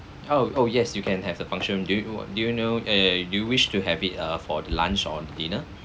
oh oh yes you can have the function do you do you know eh do you wish to have it uh for lunch or dinner